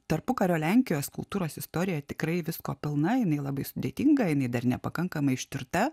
tarpukario lenkijos kultūros istorija tikrai visko pilna jinai labai sudėtinga jinai dar nepakankamai ištirta